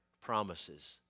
promises